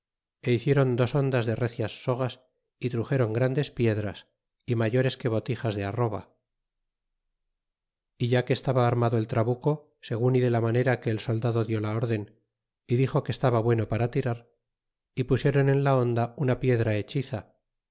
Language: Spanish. é hiciéron dos hondas de recias sogas y truxéron grandes piedras y mayores que botijas de arroba é ya que estaba armado el trabuco segun y de la maneta que el soldado dió la rden y dixo que estaba bueno para tirar y pusiéron en la honda una piedra hechiza